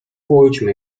pójdźmy